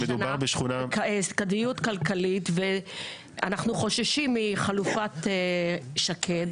כדאיות כלכלית ואנחנו חוששים מחלופת שקד,